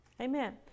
Amen